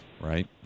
right